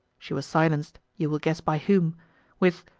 she was silenced, you will guess by whom with,